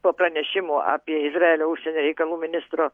po pranešimų apie izraelio užsienio reikalų ministro